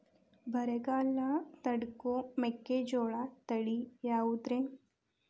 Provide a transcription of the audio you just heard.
ಬರಗಾಲ ತಡಕೋ ಮೆಕ್ಕಿಜೋಳ ತಳಿಯಾವುದ್ರೇ?